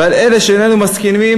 ועל אלה שאיננו מסכימים,